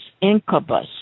incubus